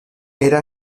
era